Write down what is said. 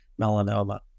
melanoma